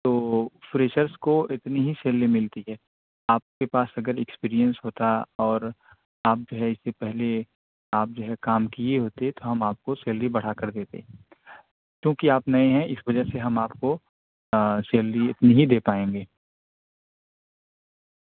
تو فریشرس کو اتنی ہی سیلری ملتی ہے آپ کے پاس اگر ایکسپریئنس ہوتا اور آپ جو ہے اس سے پہلے آپ جو ہے کام کیے ہوتے تو ہم آپ کو سیلری بڑھا کر دیتے کیونکہ آپ نئے ہیں اس وجہ سے ہم آپ کو سیلری اتنی ہی دے پائیں گے